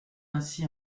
ainsi